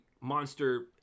monster